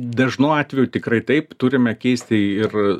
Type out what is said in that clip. dažnu atveju tikrai taip turime keisti ir